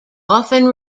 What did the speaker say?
often